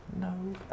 No